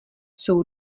jsou